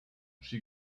she